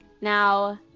Now